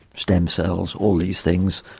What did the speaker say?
stem cells, all these things,